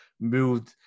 moved